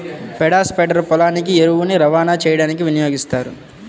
పేడ స్ప్రెడర్ పొలానికి ఎరువుని రవాణా చేయడానికి వినియోగిస్తారు